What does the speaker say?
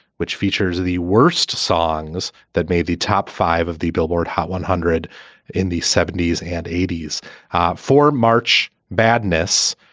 which features the worst songs that made the top five of the billboard hot one hundred in the seventy s and eighty s for march madness.